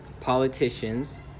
politicians